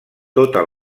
tota